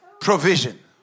provision